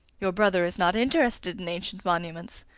your brother is not interested in ancient monuments?